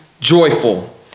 joyful